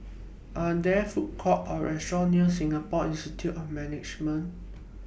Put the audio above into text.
Are There Food Courts Or restaurants near Singapore Institute of Management